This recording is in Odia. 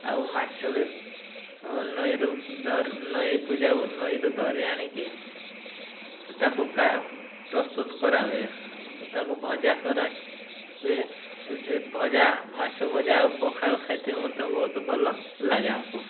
ଆଉ ମାଛ ବି ନଈରୁ ଧର ନଈକୁ ଯାଉ ନଈରୁ ଧରି ଆଣିକି ତା'କୁ ପ୍ରସ୍ତୁତ କରାହୁଏ ତା'କୁ ଭଜା କରାହୁଏ ସେ ଭଜା ମାଛ ଭଜା ଆଉ ପଖାଳ ଖାଇତେ ମଧ୍ୟ ବହୁତ ଭଲ ଲାଗେ ଆମକୁ